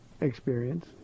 experience